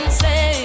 say